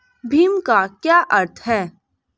भीम का क्या अर्थ है?